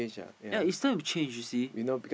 ya it's time to change you see